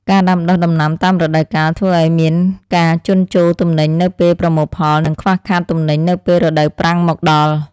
ការដាំដុះដំណាំតាមរដូវកាលធ្វើឱ្យមានការជន់ជោរទំនិញនៅពេលប្រមូលផល និងខ្វះខាតទំនិញនៅពេលរដូវប្រាំងមកដល់។